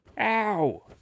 Ow